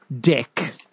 dick